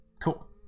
Cool